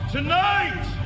Tonight